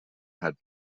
had